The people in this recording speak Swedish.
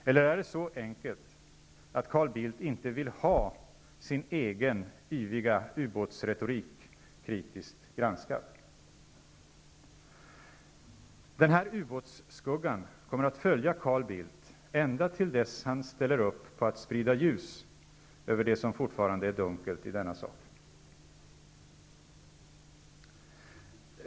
Eller är det så enkelt som att Carl Bildt inte vill ha sin egen yviga ubåtsretorik kritiskt granskad? Den här ubåtsskuggan kommer att följa Carl Bildt ända till dess han ställer upp på att sprida ljus över det som fortfarande är dunkelt i denna sak.